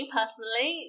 personally